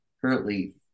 currently